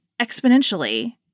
exponentially